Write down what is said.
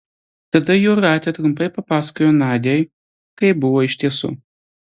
tada jūratė trumpai papasakojo nadiai kaip buvo iš tiesų